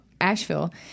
Asheville